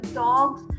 dogs